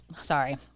sorry